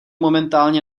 momentálně